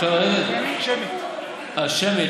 אה, שמית?